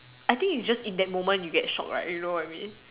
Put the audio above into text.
I think is just in that moment you get shock right you know what I mean